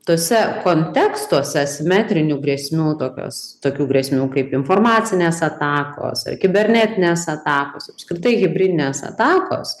tuose kontekstuose asimetrinių grėsmių tokios tokių grėsmių kaip informacinės atakos ar kibernetinės atakos apskritai hibridinės atakos